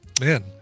Man